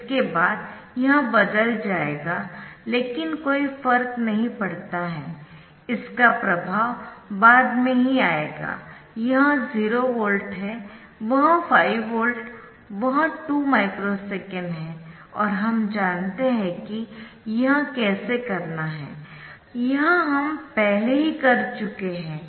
इसके बाद यह बदल जाएगा लेकिन कोई फर्क नहीं पड़ता है इसका प्रभाव बाद में ही आएगा यह 0 वोल्ट है वह 5 वोल्ट वह 2 माइक्रो सेकेंड है और हम जानते है कि यह कैसे करना है यह हम पहले ही कर चुके है